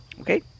Okay